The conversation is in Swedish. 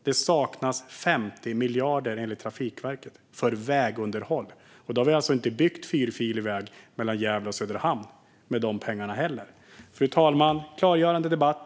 Det saknas enligt Trafikverket 50 miljarder för vägunderhåll, och då har vi inte byggt en fyrfilig väg mellan Gävle och Söderhamn med de pengarna. Fru talman! Det har varit en klargörande debatt.